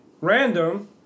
Random